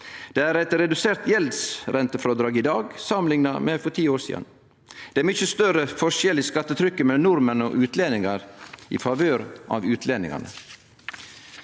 Det er eit redusert gjeldsrentefrådrag i dag samanlikna med for ti år sidan. Det er òg mykje større forskjell i skattetrykket mellom nordmenn og utlendingar, i favør av utlendingane.